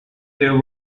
there